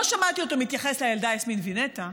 ולא שמעתי אותו מתייחס לילדה יסמין וינטה,